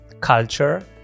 culture